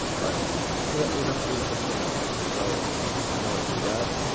but it it improves the chances. so they go and do that.